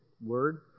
Word